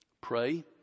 pray